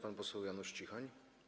Pan poseł Janusz Cichoń.